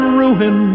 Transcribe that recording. ruin